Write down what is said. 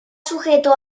sujeto